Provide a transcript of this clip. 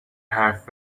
حرف